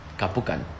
kapukan